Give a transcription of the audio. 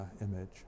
image